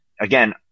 again